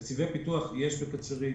תקציבי פיתוח יש בקצרין.